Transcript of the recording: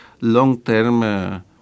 long-term